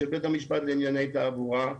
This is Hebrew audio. של בית המשפט לענייני תעבורה,